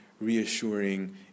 reassuring